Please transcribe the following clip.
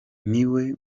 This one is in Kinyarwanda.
niwe